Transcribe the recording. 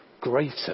greater